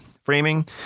framing